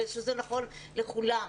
שזה רלוונטי לכולם.